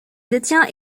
détient